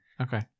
Okay